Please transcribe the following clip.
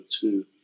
two